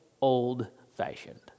old-fashioned